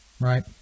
right